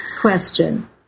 question